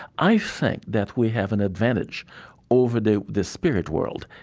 i think that we have an advantage over the the spirit world,